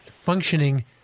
functioning